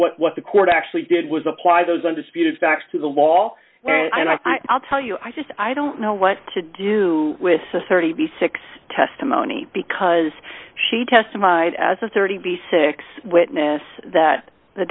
what the court actually did was apply those undisputed facts to the law and i'll tell you i just i don't know what to do with the thirty six testimony because she testified as a thirty six witness that the